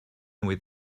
with